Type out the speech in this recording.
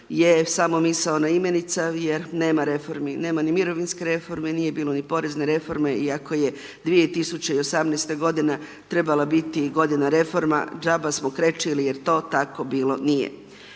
je samo misaona imenica, jer nema reformi, nema ni mirovinske reforme, nije bilo ni porezne reforme iako je 2018. g. trebalo biti godina reforma, džaba smo krečili jer to tako bilo nije.